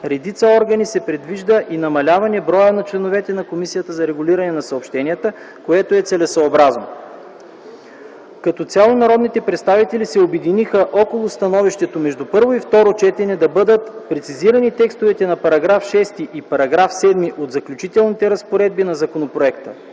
редица органи се предвижда и намаляване броя на членовете на Комисията за регулиране на съобщенията, което е целесъобразно. Като цяло народните представители се обединиха около становището между първо и второ четене да бъдат прецизирани текстовете на § 6 и § 7 от заключителните разпоредби на законопроекта.